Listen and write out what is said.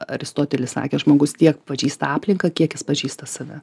aristotelis sakė žmogus tiek pažįsta aplinką kiek jis pažįsta save